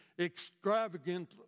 extravagant